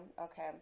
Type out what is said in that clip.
okay